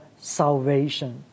salvation